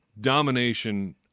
domination